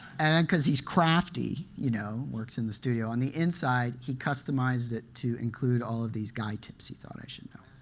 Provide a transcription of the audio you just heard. and because he's crafty, you know, works in the studio on the inside, he customized it to include all of these guy tips he thought i should know.